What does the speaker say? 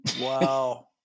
Wow